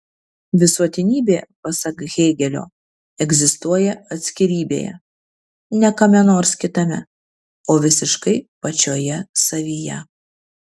visuotinybė pasak hėgelio egzistuoja atskirybėje ne kame nors kitame o visiškai pačioje savyje